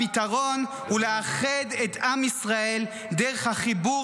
הפתרון הוא לאחד את עם ישראל דרך החיבור